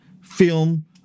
film